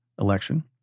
election